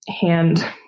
hand